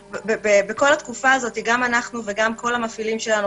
בכל התקופה הזו גם אנחנו וגם כל המפעילים שלנו,